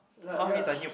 like ya